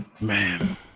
man